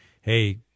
Hey